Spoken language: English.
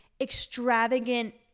extravagant